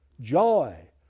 joy